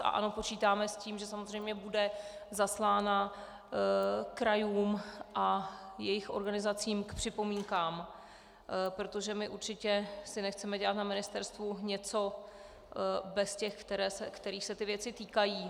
Ano, počítáme s tím, že samozřejmě bude zaslána krajům a jejich organizacím k připomínkám, protože my si určitě nechceme dělat na ministerstvu něco bez těch, kterých se věci týkají.